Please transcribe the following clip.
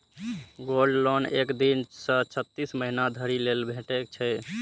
gold loan एक दिन सं छत्तीस महीना धरि लेल भेटै छै